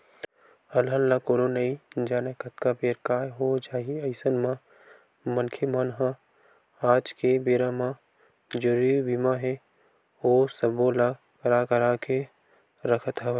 अलहन ल कोनो नइ जानय कतका बेर काय हो जाही अइसन म मनखे मन ह आज के बेरा म जरुरी बीमा हे ओ सब्बो ल करा करा के रखत हवय